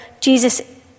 Jesus